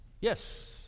Yes